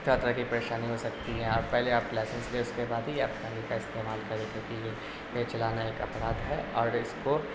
طرح طرح کی پریشانی ہو سکتی ہے اور آپ پہلے آپ لائسنس لیں اس کے بعد ہی آپ گاڑی کا استعمال کریں کیونکہ یہ یہ چلانا ایک اپرادھ ہے اور اس کو